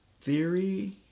theory